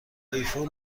آیفون